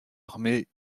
armés